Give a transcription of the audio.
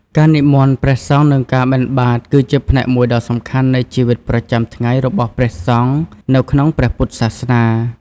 ការនិមន្តព្រះសង្ឃនឹងការបិណ្ឌបាត គឺជាផ្នែកមួយដ៏សំខាន់នៃជីវិតប្រចាំថ្ងៃរបស់ព្រះសង្ឃនៅក្នុងព្រះពុទ្ធសាសនា។